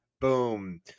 boom